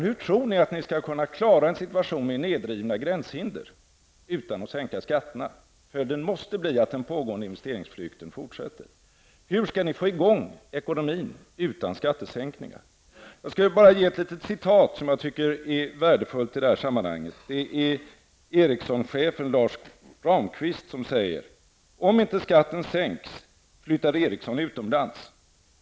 Hur tror ni att ni skall kunna klara en situation med nedrivna gränshinder utan att sänka skatterna? Jag upprepar den frågan. Följden måste bli att den pågående investeringsflykten fortsätter. Hur skall ni få i gång ekonomin utan skattesänkningar? Jag skulle vilja ge ett litet citat som jag tycker är värdefullt i det här sammanhanget. Ericsson-chefen Lars Ramqvist har sagt: Om inte skatten sänks flyttar Ericsson utomlands.